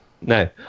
no